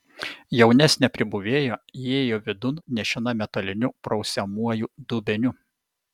jaunesnė pribuvėja įėjo vidun nešina metaliniu prausiamuoju dubeniu